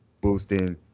boosting